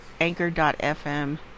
anchor.fm